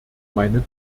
meine